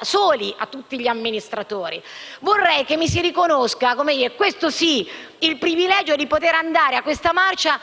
soli gli amministratori. Vorrei che mi si riconosca - questo sì - il privilegio di partecipare a questa marcia